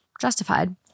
justified